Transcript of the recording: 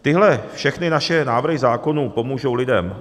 Tyhle všechny naše návrhy zákonů pomůžou lidem.